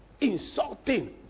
insulting